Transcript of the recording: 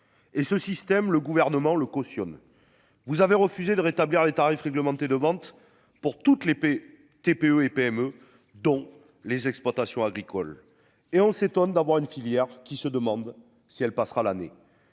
Et ce système le gouvernement le cautionne. Vous avez refusé de rétablir les tarifs réglementés de vente pour toutes les. TPE et PME dont les exploitations agricoles et on s'étonne d'avoir une filière qui se demande si elle passera l'année.